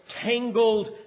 tangled